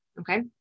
okay